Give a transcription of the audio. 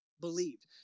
believed